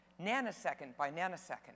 nanosecond-by-nanosecond